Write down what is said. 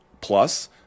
plus